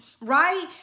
right